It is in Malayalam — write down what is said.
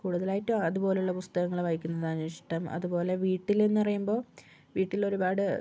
കൂടുതലായിട്ടും അതുപോലുള്ള പുസ്തകങ്ങള് വായിക്കുന്നതാണിഷ്ടം അതുപോലെ വീട്ടില്ന്ന് പറയുമ്പോൾ വീട്ടിലൊരുപാട്